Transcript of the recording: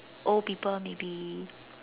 old people maybe